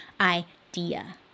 idea